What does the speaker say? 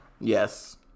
Yes